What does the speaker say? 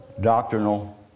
doctrinal